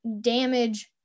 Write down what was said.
damage